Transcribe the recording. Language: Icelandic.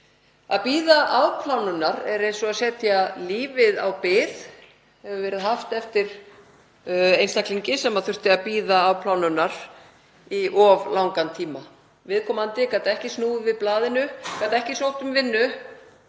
„Að bíða afplánunar er eins og að setja lífið á bið,“ hefur verið haft eftir einstaklingi sem þurfti að bíða afplánunar í of langan tíma. Viðkomandi gat ekki snúið við blaðinu, ekki sótt um vinnu